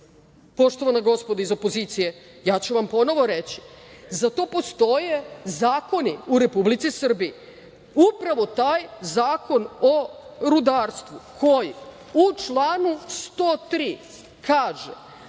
projekat. Poštovana gospodo iz opozicije, ja ću vam ponovo reći – za to postoje zakoni u Republici Srbiji. Upravo taj Zakon o rudarstvu koji u članu 103. kaže